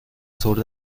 sur